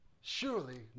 Surely